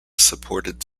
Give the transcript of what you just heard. supported